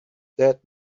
that